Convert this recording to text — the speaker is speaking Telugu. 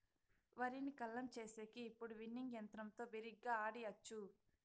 వరిని కల్లం చేసేకి ఇప్పుడు విన్నింగ్ యంత్రంతో బిరిగ్గా ఆడియచ్చు